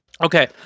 Okay